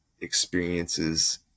experiences